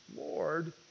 Lord